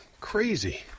crazy